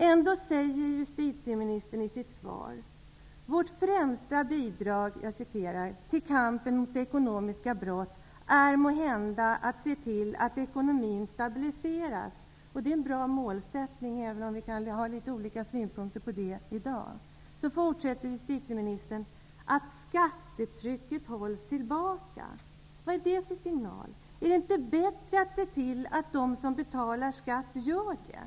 Ändå säger justieministern i sitt svar: ''Vårt främsta bidrag till kampen mot ekonomiska brott är måhända att se till att ekonomin stabiliseras,'' -- och det är en bra målsättning, även om vi kan ha litet olika synpunkter på detta i dag -- och ''att skattetrycket hålls tillbaka'' -- vad är det för signal? Är det inte bättre att se till att de som skall betala skatt också gör det?